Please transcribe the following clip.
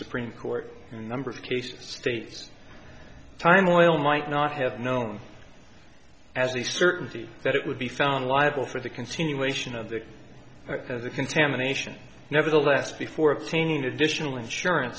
supreme court in the number of cases states time oil might not have known as the certainty that it would be found liable for the continuation of the contamination nevertheless before obtaining additional insurance